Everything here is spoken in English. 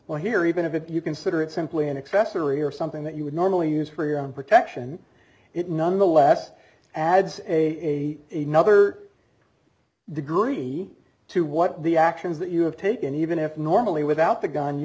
or here even if you consider it simply an accessory or something that you would normally use for your own protection it nonetheless adds a nother degree to what the actions that you have taken even if normally without the gun you